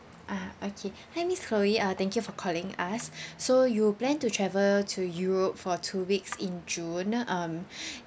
ah okay hi miss chloe uh thank you for calling us so you plan to travel to europe for two weeks in june um